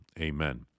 Amen